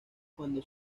cuando